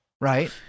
right